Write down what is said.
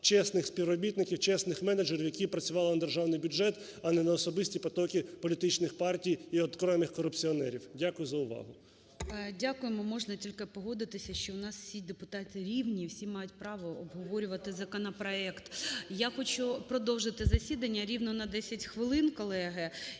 чесних співробітників, чесних менеджерів, які працювали на державний бюджет, а не на особисті потоки політичних партій і окремих корупціонерів? Дякую за увагу. ГОЛОВУЮЧИЙ. Дякуємо. Можна тільки погодитися, що у нас всі депутати рівні, всі мають право обговорювати законопроект. Я хочу продовжити засідання рівно на 10 хвилин, колеги,